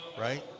right